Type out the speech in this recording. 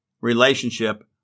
relationship